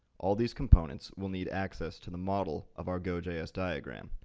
all these components will need access to the model of our gojs diagram,